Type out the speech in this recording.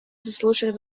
заслушает